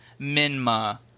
Minma